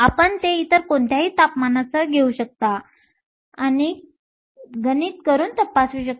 आपण ते इतर कोणत्याही तापमानासह घेऊ शकता आणि करून तपासू शकता